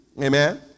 Amen